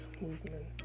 movement